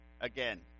again